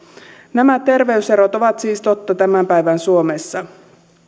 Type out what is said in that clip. nämä terveyserot ovat siis totta tämän päivän suomessa